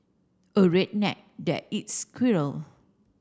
a redneck that eats squirrel